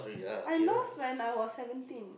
I lost when I was seventeen